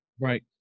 Right